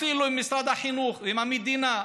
אפילו אם משרד החינוך, אם המדינה,